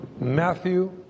Matthew